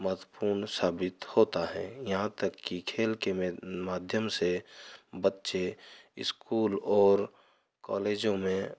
महत्वपूर्ण साबित होता है यहाँ तक कि खेल के माध्यम से बच्चे स्कूल और कॉलेजों में